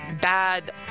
bad